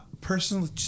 personally